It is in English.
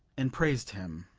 and praised him.